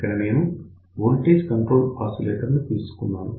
ఇక్కడ నేను voltage controlled oscillator తీసుకున్నాను